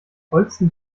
holsten